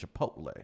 Chipotle